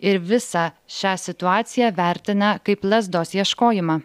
ir visą šią situaciją vertina kaip lazdos ieškojimą